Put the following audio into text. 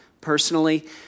personally